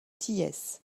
thiès